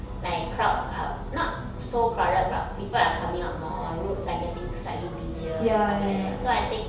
like crowds are not so crowded but people are coming out more roads are getting slightly busier and stuff like that so I think